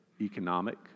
economic